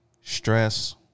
stress